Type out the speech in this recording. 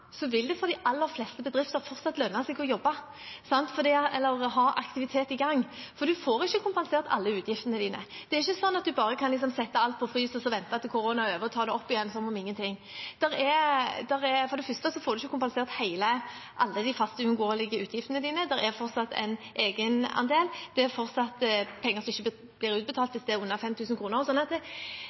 de aller fleste bedrifter fortsatt lønne seg å ha aktivitet i gang, for man får ikke kompensert alle utgiftene sine. Det er ikke slik at man bare kan sette alt på frys, vente til koronaen er over, og så ta det opp igjen som om ingenting var hendt. For det første får man ikke kompensert alle de faste, uunngåelige utgiftene sine. Det er fortsatt en egenandel, det er fortsatt penger som ikke blir utbetalt hvis det er under